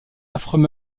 affreux